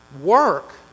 Work